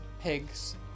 pigs